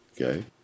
Okay